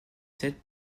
sept